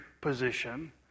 position